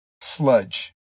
sludge